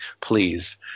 please